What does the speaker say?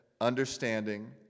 understanding